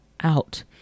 out